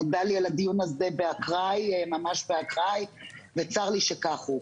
נודע לי על הדיון הזה באקראי וצר לי שכך הוא.